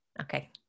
okay